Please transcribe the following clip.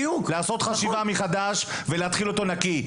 לעשות חשיבה מחדש ולהתחיל אותו נקי.